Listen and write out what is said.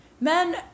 men